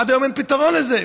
עד היום אין פתרון לזה.